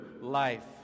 life